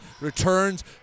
Returns